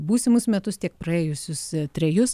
būsimus metus tiek praėjusius trejus